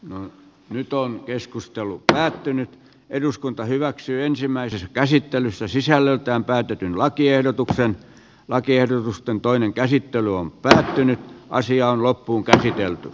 no nyt on keskustelu päättynyt eduskunta hyväksyy ensimmäisessä käsittelyssä sisällöltään päätetyn lakiehdotuksen lakiehdotusten toinen käsittely on pysähtynyt naisia on kitkemiseksi